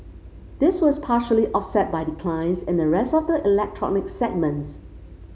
this was partially offset by declines in the rest of the electronic segments